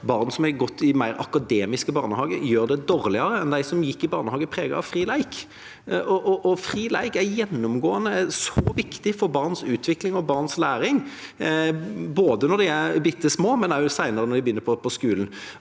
barn som har gått i mer akademiske barnehager, gjør det dårligere enn dem som gikk i barnehager som var preget av fri lek. Fri lek er gjennomgående svært viktig for barns utvikling og læring, både når de er bittesmå, og senere, når de begynner på skolen.